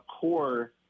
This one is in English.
core